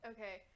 Okay